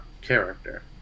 character